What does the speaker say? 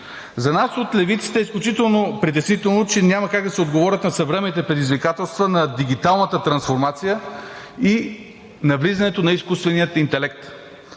За нас от Левицата е изключително притеснително, че няма как да се отговори на съвременните предизвикателства на дигиталната трансформация и на влизането на изкуствения интелект.